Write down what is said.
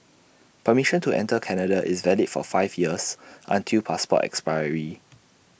permission to enter Canada is valid for five years until passport expiry